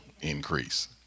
increase